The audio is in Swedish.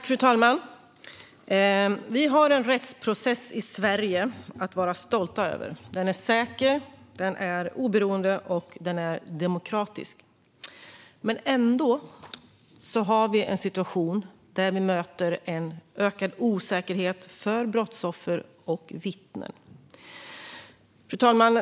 Fru talman! Vi har i Sverige en rättsprocess att vara stolta över. Den är säker, oberoende och demokratisk. Men ändå har vi en situation där vi möter en ökad osäkerhet för brottsoffer och vittnen. Fru talman!